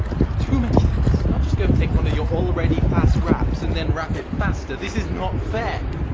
you have too many things. you can't just go and take one of your already fast raps and then rap it faster. this is not fair.